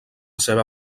seva